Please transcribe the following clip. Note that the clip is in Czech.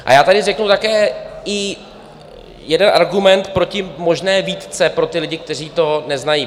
A já tady řeknu také i jeden argument proti možné výtce pro ty lidi, kteří to neznají.